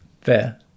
Fair